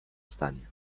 stanie